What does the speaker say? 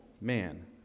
Man